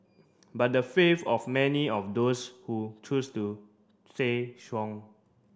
but the faith of many of those who choose to say strong